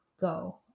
go